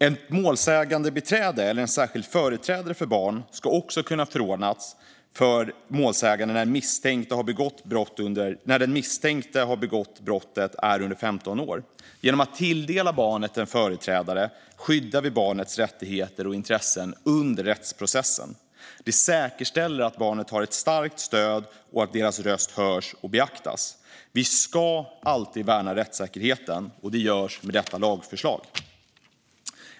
Ett målsägandebiträde eller en särskild företrädare för barn ska också kunna förordnas för målsägande när den misstänkte som har begått brottet är under 15 år. Genom att tilldela barnet en företrädare skyddar vi barnets rättigheter och intressen under rättsprocessen. Det säkerställer att barnet har ett starkt stöd och att dess röst hörs och beaktas. Vi ska alltid värna rättssäkerheten, och det görs med detta lagförslag.